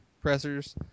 pressers